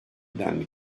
denli